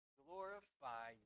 glorify